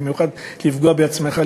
במיוחד לפגוע בעצמך,